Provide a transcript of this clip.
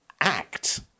act